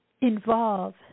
involve